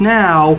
now